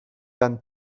than